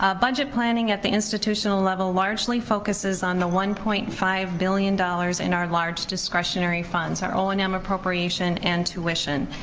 ah budget planning at the institutional level largely focuses on the one point five billion dollars in our large discretionary funds, our o and m appropriation and tuition.